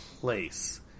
place